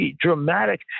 dramatic